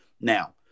Now